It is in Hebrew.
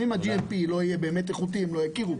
אם ה-GMP לא יהיה באמת איכותי, הם לא יכירו בו.